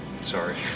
Sorry